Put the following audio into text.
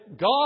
God